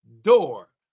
door